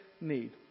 need